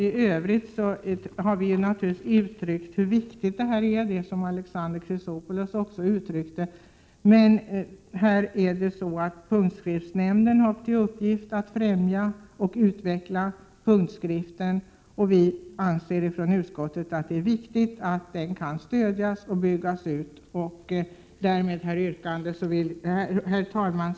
I övrigt har vi naturligtvis uttryckt hur viktigt det är med taloch punktskrift, vilket också Alexander Chrisopoulos gjort. Punktskriftsnämnden har till uppgift att främja och utveckla punktskriften. Utskottet anser att det är viktigt att den kan stödjas och byggas ut. Herr talman!